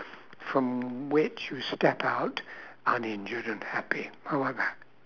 from which you step out uninjured and happy how about that